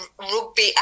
rugby